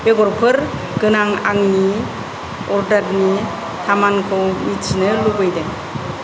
बेगरफोर गोनां आंनि अर्डारनि थामानखौ मिथिनो लुबैदों